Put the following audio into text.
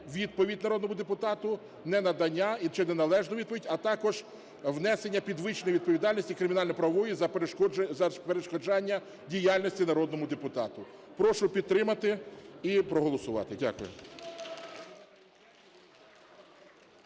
невідповідь народному депутату, ненадання чи неналежну відповідь, а також внесення підвищеної відповідальності кримінально-правової за перешкоджання діяльності народного депутата. Прошу підтримати і проголосувати. Дякую.